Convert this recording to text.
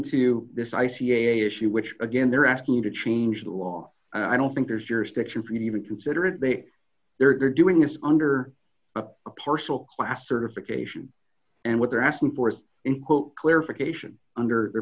to this i c a issue which again they're asking you to change the law i don't think there's jurisdiction for me to even consider it they they're doing this under a partial class certification and what they're asking for is in quote clarification under their